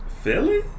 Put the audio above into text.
Philly